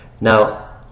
now